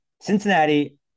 Cincinnati